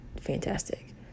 fantastic